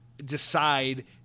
Decide